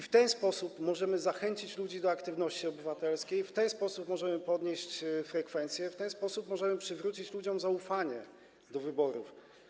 W ten sposób możemy zachęcić ludzi do aktywności obywatelskiej, w ten sposób możemy podnieść frekwencję, w ten sposób możemy przywrócić ludziom zaufanie do wyborów.